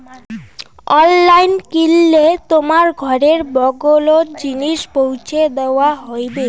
online কিনলি তোমার ঘরের বগলোত জিনিস পৌঁছি দ্যাওয়া হইবে